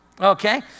Okay